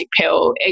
Pill